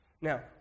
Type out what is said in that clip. Now